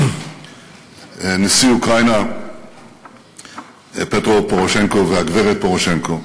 נשיא אוקראינה פטרו פורושנקו והגברת פורושנקו,